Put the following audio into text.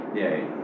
yay